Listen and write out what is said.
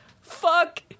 fuck